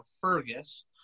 Fergus